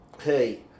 Hey